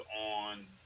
on